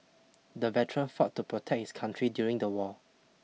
the veteran fought to protect his country during the war